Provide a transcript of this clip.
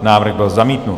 Návrh byl zamítnut.